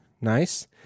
Nice